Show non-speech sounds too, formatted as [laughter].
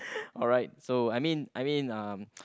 [breath] alright so I mean I mean uh